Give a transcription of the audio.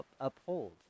uphold